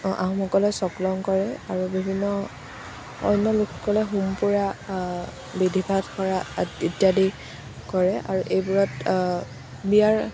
অ আহোমসকলে চকলং কৰে আৰু বিভিন্ন অন্য লোকসকলে হোম পুৰে বিধি পাঠ কৰে ইত্যদি কৰে আৰু এইবোৰত বিয়াৰ